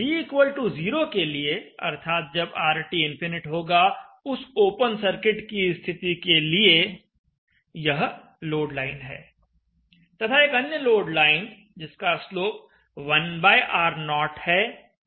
d0 के लिए अर्थात जब RT इनफिनिट होगा उस ओपन सर्किट की स्थिति के लिए यह लोड लाइन है तथा एक अन्य लोड लाइन जिसका स्लोप 1R0 है यह है